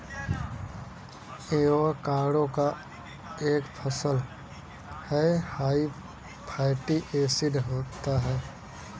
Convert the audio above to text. avocado एक फल हैं हाई फैटी एसिड होता है